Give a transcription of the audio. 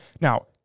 now